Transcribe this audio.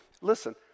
listen